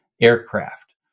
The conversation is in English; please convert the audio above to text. aircraft